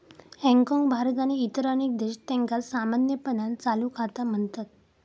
हाँगकाँग, भारत आणि इतर अनेक देश, त्यांका सामान्यपणान चालू खाता म्हणतत